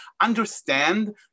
understand